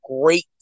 great